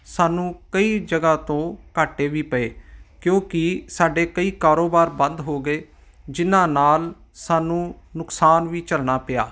ਸਾਨੂੰ ਕਈ ਜਗ੍ਹਾ ਤੋਂ ਘਾਟੇ ਵੀ ਪਏ ਕਿਉਂਕਿ ਸਾਡੇ ਕਈ ਕਾਰੋਬਾਰ ਬੰਦ ਹੋ ਗਏ ਜਿਨ੍ਹਾਂ ਨਾਲ ਸਾਨੂੰ ਨੁਕਸਾਨ ਵੀ ਝੱਲਣਾ ਪਿਆ